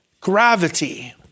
gravity